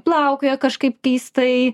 plaukioja kažkaip keistai